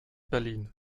berlin